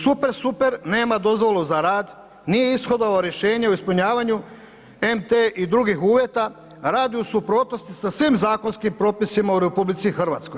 Super Super nema dozvolu za rad, nije ishodovao rješenje o ispunjavanju MT i drugih uvjeta, radi u suprotnosti sa svim zakonskim propisima u RH.